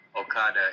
Okada